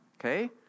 Okay